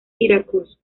syracuse